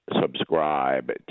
subscribe